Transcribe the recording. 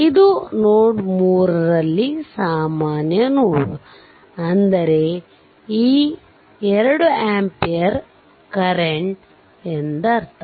ಇದು ನೋಡ್ 3 ನಲ್ಲಿ ಸಾಮಾನ್ಯ ನೋಡ್ ಆಗಿದೆ ಅಂದರೆ ಈ 2 ಆಂಪಿಯರ್ ಕರೆಂಟ್ ಎಂದರ್ಥ